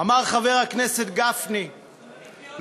אדוני היושב-ראש,